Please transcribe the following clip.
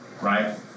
right